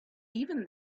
even